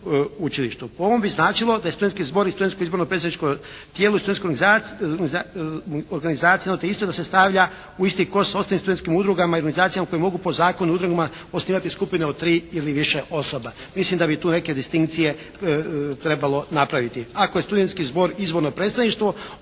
učilištu. Po ovom bi značilo da je studentski zbor i studentsko izborno predstavničko tijelo i studentske organizacije jedno te isto, da se stavlja u isti koš sa ostalim studentskim udrugama i organizacijama koje mogu po zakonu …/Govornik se ne razumije./… osnivati skupine od 3 ili više osoba. Mislim da bi tu neke distinkcije trebalo napraviti. Ako je studentski zbor izvorno predstavništvo